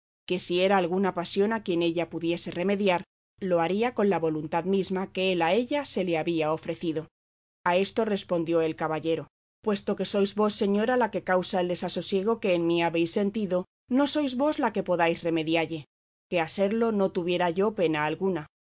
que si era alguna pasión a quien ella pudiese remediar lo haría con la voluntad misma que él a ella se le había ofrecido a esto respondió el caballero puesto que sois vos señora la que causa el desasosiego que en mí habéis sentido no sois vos la que podáis remedialle que a serlo no tuviera yo pena alguna